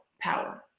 power